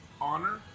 honor